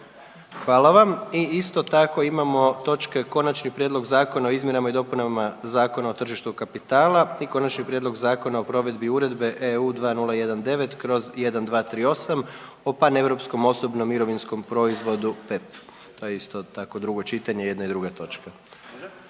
Hvala vam. I isto tako imamo točke Konačni prijedlog zakona o izmjenama i dopunama Zakona o tržištu kapitala i Konačni prijedlog Zakona o provedbi Uredbe EU 2019/1238 o paneuropskom osobnom mirovinskom proizvodu PEPP. To je isto tako drugo čitanje, jedna i druga točka.